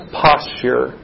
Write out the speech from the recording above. posture